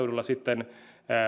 maaseudulla sitten